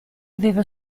aveva